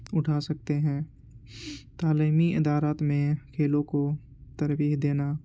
اٹھا سکتے ہیں تعلیمی ادارات میں کھیلوں کو تربیح دینا